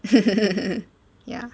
ya